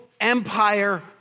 empire